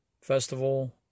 Festival